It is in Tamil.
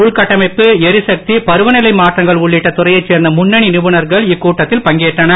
உள்கட்டமைப்பு எரிசக்தி பருவநிலை மாற்றங்கள் உள்ளிட்ட துறையை சேர்ந்த முன்னணி நிபுணர்கள் கூட்டத்தில் பங்கேற்றனர்